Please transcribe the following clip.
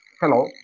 Hello